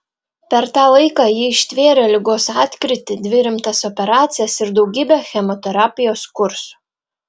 per tą laiką ji ištvėrė ligos atkrytį dvi rimtas operacijas ir daugybę chemoterapijos kursų